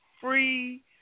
free